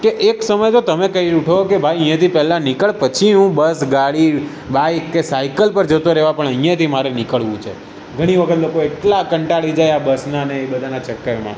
કે એક સમય તો તમે કહી ને ઉઠો કે ભાઈ અહીંયાથી પહેલાં નીકળ પછી હું બસ ગાડી બાઈક કે સાઇકલ પર જતો રહેવા પણ અહીંયાથી મારે નીકળવું છે ઘણી વખત લોકો એટલા કંટાળી જાય આ બસનાં ને એ બધાનાં ચક્કરમાં